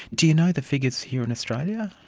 do you know the figures here in australia?